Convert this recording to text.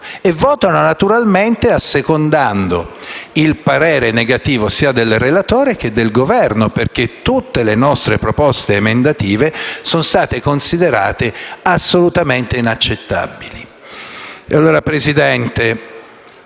E lo fanno naturalmente assecondando il parere negativo sia del relatore che del Governo, perché tutte le nostre proposte emendative sono state considerate assolutamente inaccettabili.